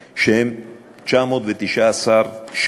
שהם 919 שקלים,